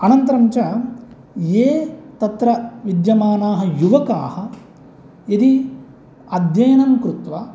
अनन्तरं च ये तत्र विद्यमानाः युवकाः यदि अध्ययनं कृत्वा